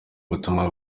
butumwa